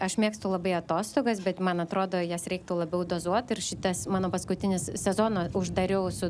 aš mėgstu labai atostogas bet man atrodo jas reiktų labiau dozuot ir šitas mano paskutinis sezoną uždariau su